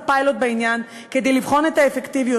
פיילוט בעניין כדי לבחון את האפקטיביות,